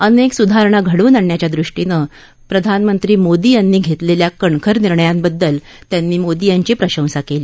अनेक सुधारणा अडवून आणण्याच्या प्रधानमंत्री मोदी यांनी घेतलेल्या कणखर निर्णयांबद्दल त्यांनी मोदी यांची प्रशंसा केली